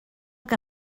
que